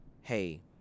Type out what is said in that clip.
hey